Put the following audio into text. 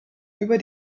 über